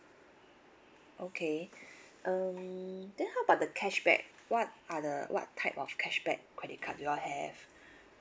okay um then how about the cashback what are the what type of cashback credit card you all have